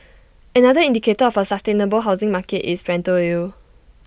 another indicator of A sustainable housing market is rental yield